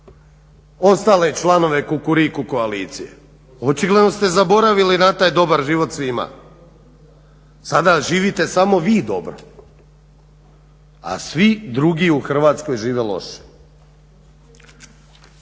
ostale članove Kukuriku koalicije. Očigledno ste zaboravili na taj dobar život svima. Sada živite samo vi dobro, a svi drugi u Hrvatskoj žive loše.